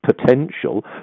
potential